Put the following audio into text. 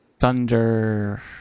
Thunder